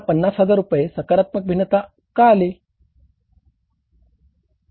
आता 50 हजार रुपये सकारात्मक भिन्नता का आले आहे